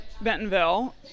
Bentonville